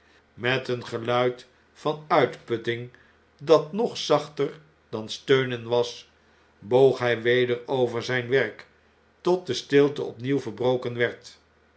met een geluid van uitputting dat nog zachter dan steunen was boog h j weder over zp werk tot de stilte opnieuw verbroken werd